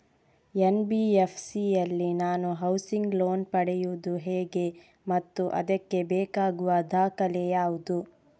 NBFC ಯಲ್ಲಿ ನಾನು housing loan ಪಡೆಯುದು ಹೇಗೆ ಮತ್ತು ಅದಕ್ಕೆ ಬೇಕಾಗುವ ದಾಖಲೆ ಯಾವುದು?